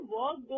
work